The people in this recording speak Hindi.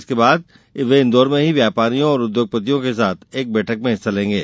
इसके बाद वे इन्दौर में ही व्यापारियों और उद्योगपतियों के साथ एक बैठक में हिस्सा लेंगे